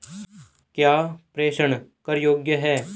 क्या प्रेषण कर योग्य हैं?